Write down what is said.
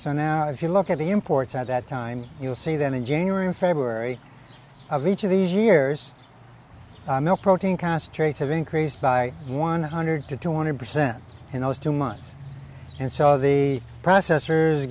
so now if you look at the imports at that time you'll see them in january and february of each of these years milk protein concentrates have increased by one hundred to two hundred percent in those two months and so the processors